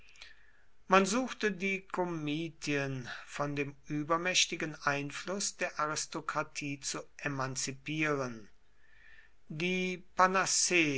man suchte die komitien von dem übermächtigen einfluß der aristokratie zu emanzipieren die panazee